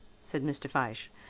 said mr. fyshe.